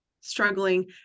struggling